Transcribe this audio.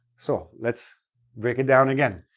so, let's break it down again.